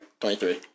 23